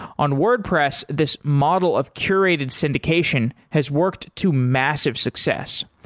on wordpress, this model of curated syndication has worked to massive success.